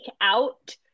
out